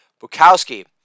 Bukowski